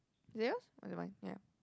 is it yours or is it mine ya